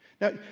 Now